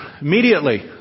immediately